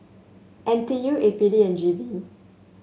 N T U A P D and G V